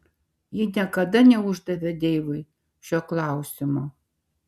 ji niekada neuždavė deivui šio klausimo